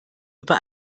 über